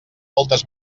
moltes